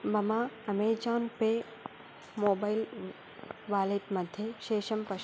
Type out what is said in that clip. मम Amazon pay mobile wallet मध्ये शेषं पश्य